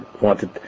wanted